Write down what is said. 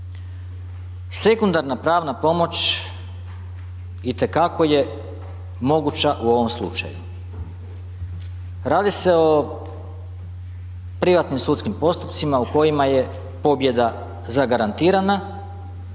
Sekundarna pravna pomoć itekako je moguća u ovom slučaju. Radi se o privatnim sudskim postupcima u kojima je pobjeda zagarantirana